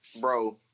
bro